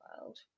World